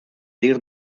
dir